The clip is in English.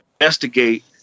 investigate